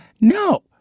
No